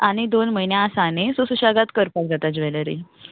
आनी दोन म्हयने आसा नी सो सुशेगात करपाक जाता ज्वॅलरी